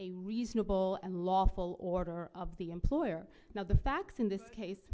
a reasonable and lawful order of the employer now the facts in this case